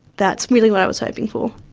that's really what i was hoping for,